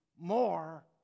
more